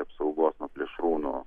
apsaugos nuo plėšrūnų